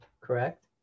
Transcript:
correct